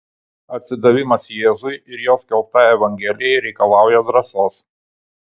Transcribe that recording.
atsidavimas jėzui ir jo skelbtai evangelijai reikalauja drąsos